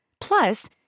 Plus